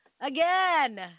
again